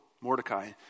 Mordecai